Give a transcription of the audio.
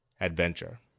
adventure